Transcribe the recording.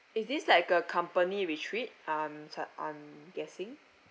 is this like a company retreat I'm ju~ I'm guessing